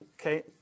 okay